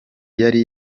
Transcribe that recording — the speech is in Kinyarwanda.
yari